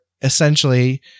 essentially